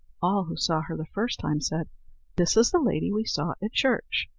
all who saw her the first time said this is the lady we saw at church.